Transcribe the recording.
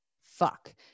fuck